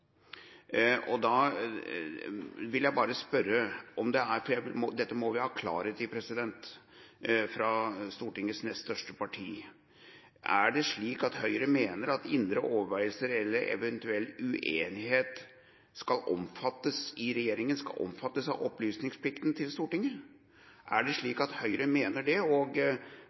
så da vil jeg bare spørre: Er det slik at Høyre mener at indre overveielser eller eventuell uenighet i regjeringa skal omfattes av opplysningsplikten til Stortinget? Er det slik at Høyre mener det?